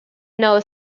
now